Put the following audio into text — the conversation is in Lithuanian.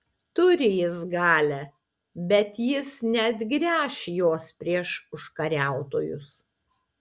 turi jis galią bet jis neatgręš jos prieš užkariautojus